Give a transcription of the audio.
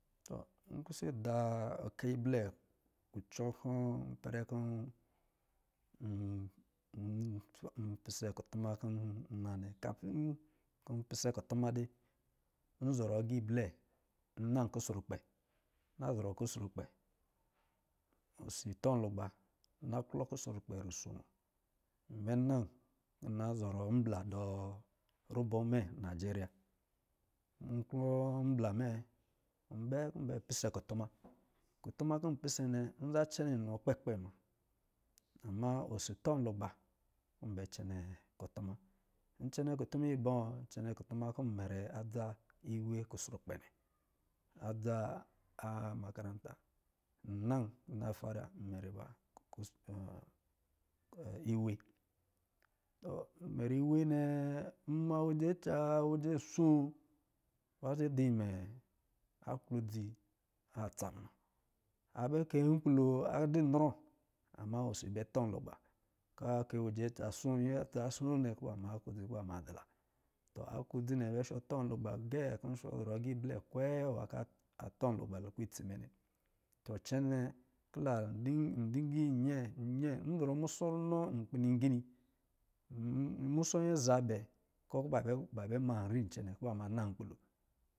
Npɛsɛ ida oka blɛ kucɔ kɔ̄, ipɛrɛk npisɛ kutuma kɔ̄ nna, kafi kɔ̄ pɛsɛ kutuma dɛ nzɔrɔ agā iblɛ nna kusrukpɛ na zɔrɔ ku srukpɛ 'si fɔlugba nna klɔ kusrulɔ rusono nbɛ na nna zɔrɔ nbla dɔ rubɔ mɛ najeriya, nklɔ nbla mɛ nbɛ kɔ̄ nbɛ pisɛ kutuma kutum kɔ̄ pisɛ nnɛ nza cɛnɛ inɔ kpɛkpɛ muna ama osi tɔlugba kɔ̄, bɛ cɛnɛ kutuma. Ncɛnɛ kutuma ibɔ? Cɛn kutuma kɔ̄ nmɛrɛ adza agā kusrak nnɛ, adza a magaranta nna kɔ̄ nnɛ tara, mɛrɛ ba iwe t mɛrɛ iwe nnɛ nma weje tsa wege asoo ba za dɔ bɛ me aklodzi tsa muna bɛ kɛ nkpilo adɔ̄ nrɔ ma osi bɛ tɔhgba ka ke wejɛ atsa soo, nyɛ tsa soo nnɛ kɔ̄ ba ma aklodzi ma dɔ̄ la aklɔdzi nnɛ a bɛ shɔ tɔ lugba gɛ kɔ̄ nshɔ zɔrɔ a gā iblɛ cwe nwa ka a tɔlugba lukpɛ itsi mɛ anɛ tɔ cɛnɛ kɔ̄ la ndigi yɛ yɛ, n zɔrɔ musɔ runɔ nkpi ligini musɔ nyɛ zabɛ kɔ̄ ba bɛ man rin cɛnɛ kɔ̄ ba ma nan nkpi lo